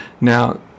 Now